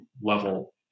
level